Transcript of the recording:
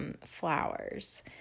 flowers